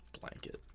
Blanket